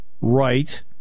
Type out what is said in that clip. right